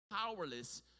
powerless